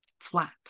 flat